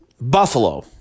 Buffalo